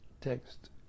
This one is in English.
Text